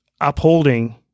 upholding